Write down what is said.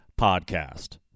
podcast